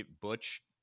Butch